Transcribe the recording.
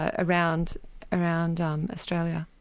ah around around um australia.